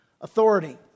authority